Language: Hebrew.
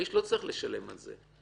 האיש לא צריך לשלם על זה.